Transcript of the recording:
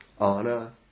Anna